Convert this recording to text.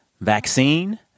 Vaccine